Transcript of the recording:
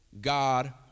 God